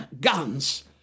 guns